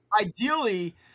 ideally